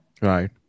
Right